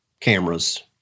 cameras